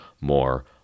more